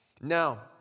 Now